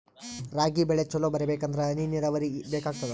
ರಾಗಿ ಬೆಳಿ ಚಲೋ ಬರಬೇಕಂದರ ಹನಿ ನೀರಾವರಿ ಬೇಕಾಗತದ?